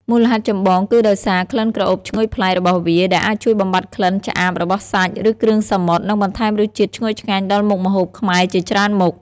មូលហេតុចម្បង គឺដោយសារ ក្លិនក្រអូបឈ្ងុយប្លែក របស់វា ដែលអាចជួយបំបាត់ក្លិនឆ្អាបរបស់សាច់ ឬគ្រឿងសមុទ្រ និងបន្ថែមរសជាតិឈ្ងុយឆ្ងាញ់ដល់មុខម្ហូបខ្មែរជាច្រើនមុខ។